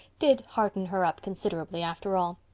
did hearten her up considerably after all.